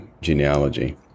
genealogy